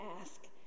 ask